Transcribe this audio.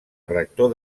rector